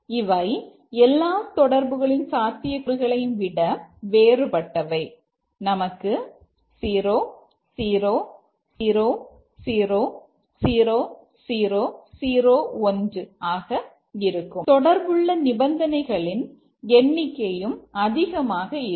இவை எல்லா தொடர்புகளின் சாத்தியக்கூறுகளையும் விட வேறுபட்டவை நமக்கு 0 0 0 0 0 0 0 1 etc இருக்கும் தொடர்புள்ள நிபந்தனைகளின் எண்ணிக்கையும் அதிகமாக இருக்கும்